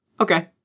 okay